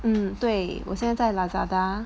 mm 对我现在 Lazada